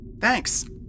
Thanks